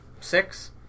six